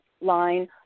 line